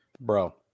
Bro